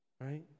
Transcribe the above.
right